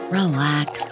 relax